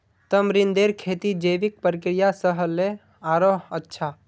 तमरींदेर खेती जैविक प्रक्रिया स ह ल आरोह अच्छा